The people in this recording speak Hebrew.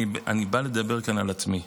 אני בא לדבר כאן על עצמי,